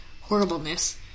horribleness